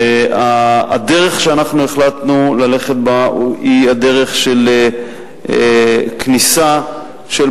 והדרך שאנחנו החלטנו ללכת בה היא הדרך של כניסה של